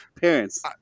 parents